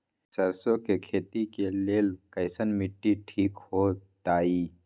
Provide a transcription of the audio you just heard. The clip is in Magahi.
सरसों के खेती के लेल कईसन मिट्टी ठीक हो ताई?